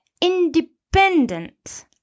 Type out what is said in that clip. independent